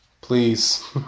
Please